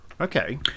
Okay